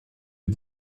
est